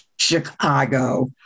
Chicago